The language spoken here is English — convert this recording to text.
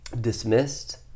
dismissed